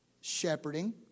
shepherding